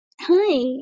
Hi